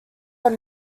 are